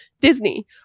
Disney